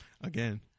Again